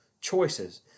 choices